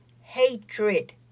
hatred